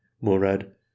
Murad